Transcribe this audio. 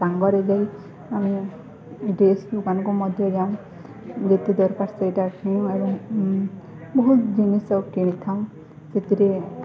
ସାଙ୍ଗରେ ଯାଇ ଆମେ ଡ୍ରେସ୍ ଦୋକାନକୁ ମଧ୍ୟ ଯାଉଁ ଯେତେ ଦରକାର ସେଇଟା ଆ ବହୁତ ଜିନିଷ କିଣିଥାଉଁ ସେଥିରେ